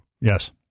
Yes